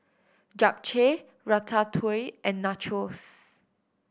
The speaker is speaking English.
Japchae Ratatouille and Nachos